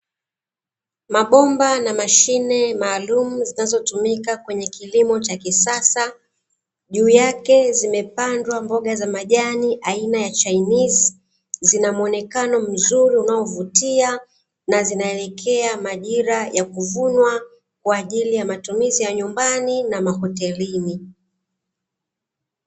Mabomba na mashine maalumu zinazotumika kwenye kilimo cha kisasa, juu yake zimepandwa mboga za majani aina ya chainizi. Zina muonekano mzuri unaovutia na zinaelekea majira ya kuvunwa, kwa ajili ya matumizi ya nyumbani na mahotelini.